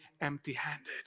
empty-handed